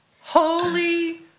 Holy